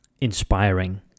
inspiring